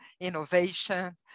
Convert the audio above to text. innovation